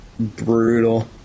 brutal